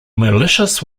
malicious